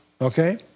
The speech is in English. okay